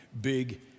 big